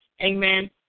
amen